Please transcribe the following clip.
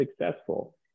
successful